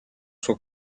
sua